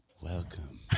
Welcome